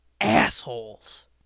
assholes